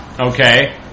Okay